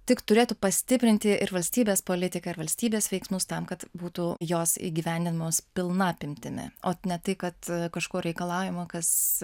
tik turėtų pastiprinti ir valstybės politiką ir valstybės veiksmus tam kad būtų jos įgyvendinamos pilna apimtimi o ne tai kad kažko reikalaujama kas